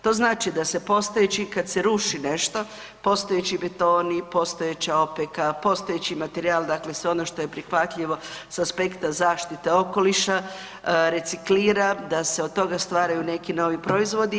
To znači da se postojeći, kad se ruši nešto, postojeći betoni, postojeća opeka, postojeći materijal, dakle sve ono što je prihvatljivo s aspekta zaštite okoliša, reciklira, da se od toga stvaraju neki novi proizvodi.